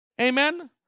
Amen